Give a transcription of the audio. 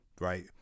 right